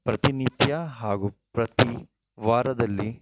ಪ್ರತಿನಿತ್ಯ ಹಾಗೂ ಪ್ರತಿ ವಾರದಲ್ಲಿ